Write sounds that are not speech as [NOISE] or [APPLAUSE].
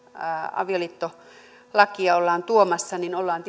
avioliittolakia ollaan tuomassa niin ollaan [UNINTELLIGIBLE]